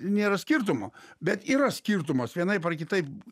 nėra skirtumo bet yra skirtumas vienaip ar kitaip